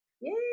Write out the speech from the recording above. Yay